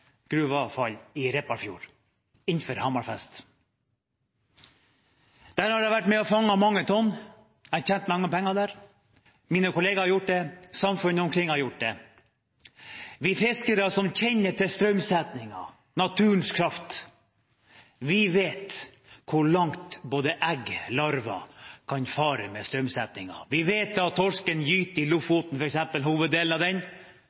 gruveavfall i Repparfjord innenfor Hammerfest. Der har jeg vært med å fange mange tonn. Jeg har tjent mange penger der. Mine kolleger har gjort det, samfunnet omkring har gjort det. Vi fiskere som kjenner til strømsettingen – naturens kraft – vi vet hvor langt både egg og larver kan fare med strømmen. Vi vet f.eks. at hoveddelen av torsken gyter i